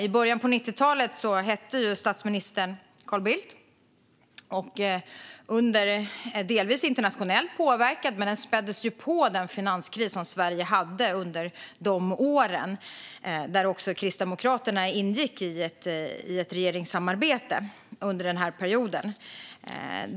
I början av 90-talet hette statsministern Carl Bildt, och även om den finanskris som Sverige genomgick var delvis internationellt påverkad späddes den på under de åren. Kristdemokraterna ingick i ett regeringssamarbete under den här perioden.